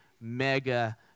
mega-